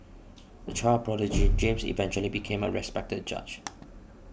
a child prodigy James eventually became a respected judge